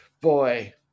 boy